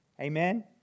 Amen